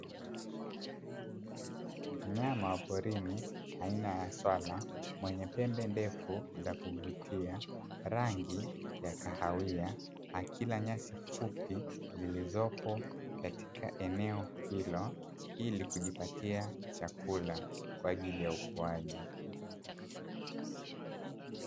Mnyama wa porini aina ya swala mwenye pembe ndevu za kuvutia, rangi ya kahawia akila nyasi fupi zilizopo katika eneo hilo ili kujipatia chakula kwa ajili ya ukuaji.